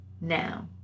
now